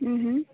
હં હં